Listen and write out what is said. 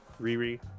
Riri